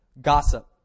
Gossip